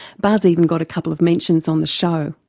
buzz even got a couple of mentions on the show.